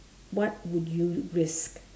what would you risk